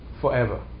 forever